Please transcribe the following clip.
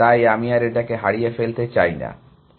তাই আমি আর এটাকে হারিয়ে ফেলতে চাই না